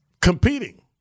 competing